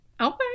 Okay